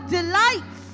delights